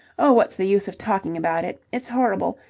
oh, what's the use of talking about it? it's horrible,